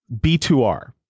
B2R